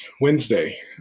wednesday